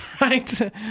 right